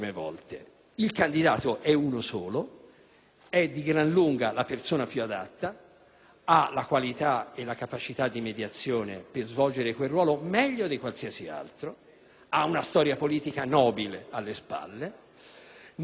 ha la qualità e la capacità di mediazione per svolgere quel ruolo meglio di qualsiasi altro, ha una storia politica nobile alle spalle, non è affatto l'estremista che è stato indicato in modo del tutto surrettizio dai mezzi d'informazione.